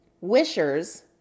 Wishers